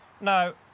No